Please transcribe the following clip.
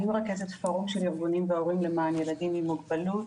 אני מרכזת פורום של ארגונים והורים למען ילדים עם מוגבלות.